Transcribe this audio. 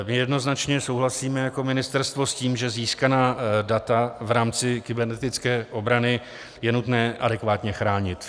My jednoznačně souhlasíme jako ministerstvo s tím, že získaná data v rámci kybernetické obrany je nutné adekvátně chránit.